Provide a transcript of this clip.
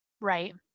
Right